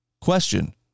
question